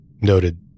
noted